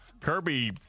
Kirby